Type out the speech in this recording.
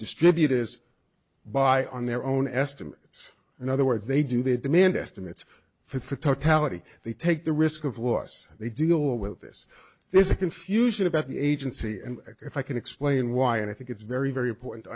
distribute is by on their own estimates in other words they do their demand estimates for totality they take the risk of loss they deal with this there's a confusion about the agency and if i can explain why and i think it's very very important to